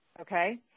Okay